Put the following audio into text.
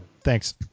Thanks